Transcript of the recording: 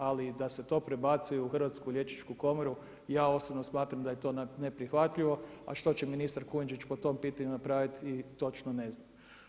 Ali da se to prebaci u Hrvatsku liječničku komoru ja osobno smatram da je to neprihvatljivo a što je ministar Kujundžić po tom pitanju napraviti točno ne znam.